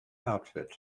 outfit